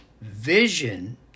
Vision